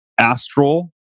astral